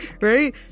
Right